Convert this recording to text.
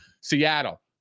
Seattle